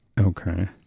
Okay